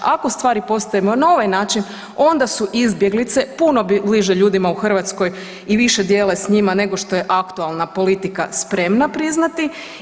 Ako stvari postavimo na ovaj način onda su izbjeglice puno bliže ljudima u Hrvatskoj i više dijele s njima nego što je aktualna politika spremna priznati.